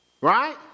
Right